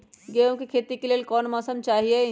गेंहू के खेती के लेल कोन मौसम चाही अई?